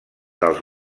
dels